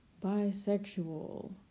bisexual